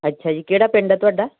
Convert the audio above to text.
ਅੱਛਾ ਜੀ ਕਿਹੜਾ ਪਿੰਡ ਹੈ ਤੁਹਾਡਾ